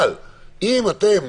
אבל אם אתם